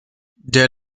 der